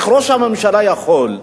איך ראש הממשלה יכול,